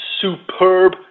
superb